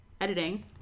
Editing